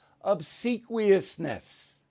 obsequiousness